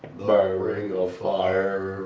ring of fire!